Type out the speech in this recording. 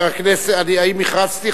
האם הכרזתי?